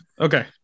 okay